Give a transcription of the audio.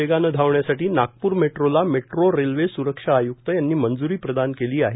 वेगानं धावण्यासाठी नागपूर मेट्रोला मेट्रो रेल्वे स्रक्षा आय्क्त यांनी मंजूरी प्रदान केली आहे